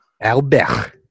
Albert